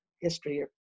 history